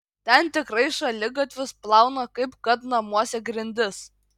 ten tikrai šaligatvius plauna kaip kad namuose grindis